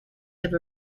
have